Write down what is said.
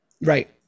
Right